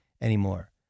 anymore